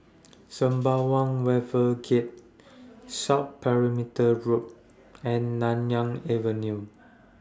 Sembawang Wharves Gate South Perimeter Road and Nanyang Avenue